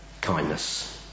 kindness